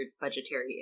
budgetary